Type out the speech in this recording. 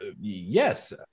Yes